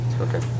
Okay